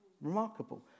Remarkable